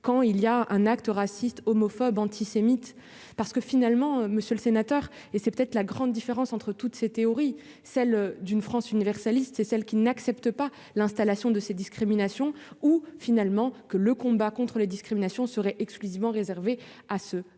quand il y a un acte raciste, homophobe, antisémite, parce que finalement, monsieur le sénateur, et c'est peut-être la grande différence entre toutes ces théories, celle d'une France universaliste et celles qui n'acceptent pas l'installation de ces discriminations où finalement que le combat contre les discriminations serait exclusivement réservé à ceux